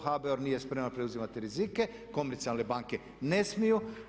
HBOR nije spreman preuzimati rizike, komercijalne banke ne smiju.